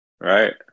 Right